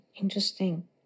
Interesting